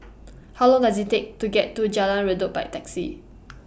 How Long Does IT Take to get to Jalan Redop By Taxi